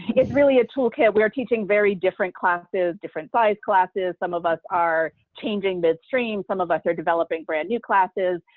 it's really a toolkit. we're teaching very different classes, different size classes. some of us are changing the stream. some of us are developing brand new classes.